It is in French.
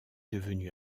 devenu